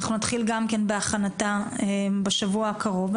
אנחנו נתחיל גם כן בהכנתה בשבוע הקרוב.